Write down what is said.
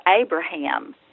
Abraham